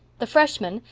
the freshmen,